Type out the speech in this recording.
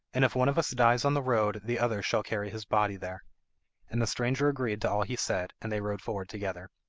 and if one of us dies on the road the other shall carry his body there and the stranger agreed to all he said, and they rode forward together.